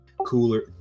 cooler